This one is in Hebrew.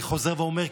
אני חוזר ואומר,